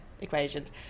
equations